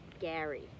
Gary